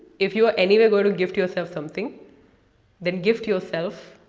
if you are anyway going to gift yourself something then gift yourself,